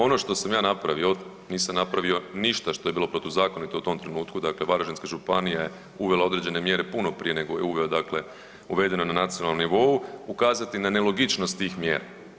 Ono što sam ja napravio, nisam napravio ništa što je bilo protuzakonito u tom trenutku, dakle Varaždinska županija je uvela određene mjere puno prije nego je uveo dakle uvedena na nacionalnom nivou ukazati na nelogičnosti tih mjera.